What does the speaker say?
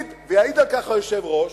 ויעיד על כך היושב-ראש.